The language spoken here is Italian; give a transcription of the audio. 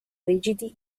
rigidi